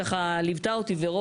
החוק, ואנחנו ראינו את זה